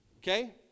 okay